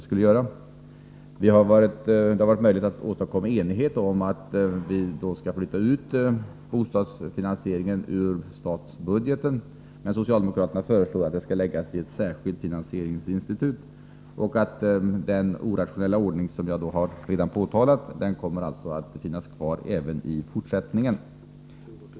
Det har varit möjligt att åstadkomma enighet om att vi skall flytta ut bostadsfinansieringen ur stadsbudgeten, men socialdemokraterna föreslår att den skall läggas i ett särskilt finansieringsinstitut. Den orationella ordning som jag redan har påtalat kommer alltså att finnas kvar även i fortsättningen.